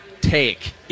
take